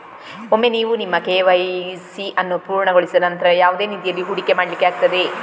ಒಮ್ಮೆ ನೀವು ನಿಮ್ಮ ಕೆ.ವೈ.ಸಿ ಅನ್ನು ಪೂರ್ಣಗೊಳಿಸಿದ ನಂತ್ರ ಯಾವುದೇ ನಿಧಿಯಲ್ಲಿ ಹೂಡಿಕೆ ಮಾಡ್ಲಿಕ್ಕೆ ಆಗ್ತದೆ